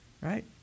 Right